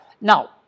Now